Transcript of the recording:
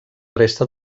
resta